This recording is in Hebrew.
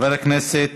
חבר הכנסת